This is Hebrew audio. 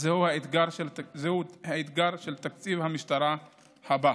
וזהו האתגר של תקציב המשטרה הבא.